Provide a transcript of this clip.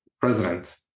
president